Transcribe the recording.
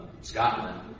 Scotland